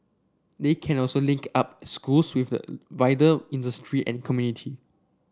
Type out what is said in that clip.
they can also link up schools with the wider industry and community